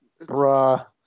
Bruh